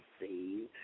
see